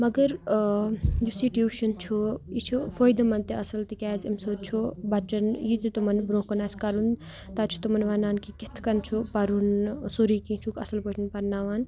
مگر آ یُس یہِ ٹیوٗشن چھُ یہِ چھُ فٲیدٕ مند تہِ اصل تِکیازِ اَمہِ سۭتۍ چھُ بچن یہِ تہِ تِمن برٛونٛہہ کُن آسہِ کرُن تتہِ چھُ تِمَن ونان کہِ کِتھ کٔنۍ چھُ پرُن سورُے کینٛہہ چھُکھ اَصل پٲٹھۍ پرناوان